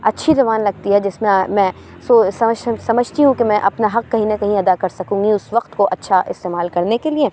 اچھی زبان لگتی ہے جس میں میں سو سمجھ سمجھتی ہوں کہ میں اپنا حق کہیں نہ کہیں ادا کر سکوں گی اُس وقت کو اچھا استعمال کرنے کے لیے